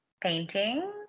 painting